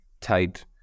tight